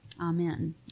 Amen